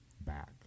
back